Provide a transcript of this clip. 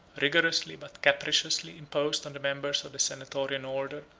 rigorously, but capriciously, imposed on the members of the senatorian order,